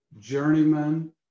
journeyman